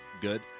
good